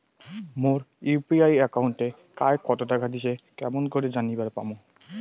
মোর UPI একাউন্টে কায় কতো টাকা দিসে কেমন করে জানিবার পামু?